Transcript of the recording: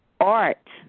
art